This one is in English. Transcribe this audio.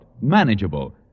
manageable